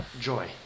joy